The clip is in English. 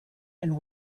and